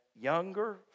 younger